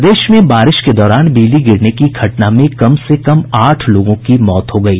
प्रदेश में बारिश के दौरान बिजली गिरने की घटना में कम से कम आठ लोगों की मौत हो गयी